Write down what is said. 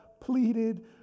pleaded